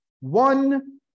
one